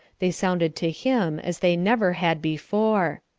they sounded to him as they never had before.